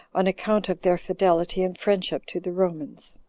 on account of their fidelity and friendship to the romans.